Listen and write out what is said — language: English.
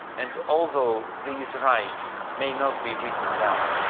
and although these rights may not be written down,